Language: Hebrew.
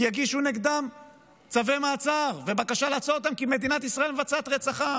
כי יגישו נגדם צווי מעצר ובקשה לעצור אותם כי מדינת ישראל מבצעת רצח עם.